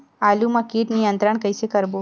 आलू मा कीट नियंत्रण कइसे करबो?